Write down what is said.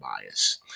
bias